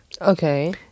okay